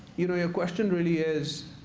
you know your question really is